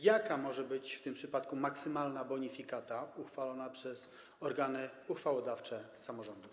Jaka może być w tym przypadku maksymalna bonifikata uchwalona przez organy uchwałodawcze samorządu?